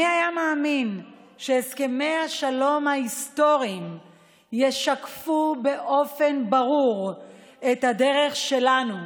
מי היה מאמין שהסכמי השלום ההיסטוריים ישקפו באופן ברור את הדרך שלנו,